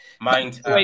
mind